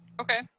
Okay